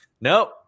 Nope